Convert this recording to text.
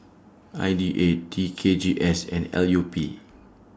I D A T K G S and L U P